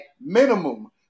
minimum